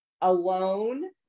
alone